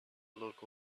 look